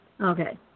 Okay